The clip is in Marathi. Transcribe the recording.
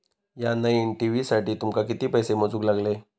या नईन टी.व्ही साठी तुमका किती पैसे मोजूक लागले?